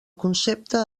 concepte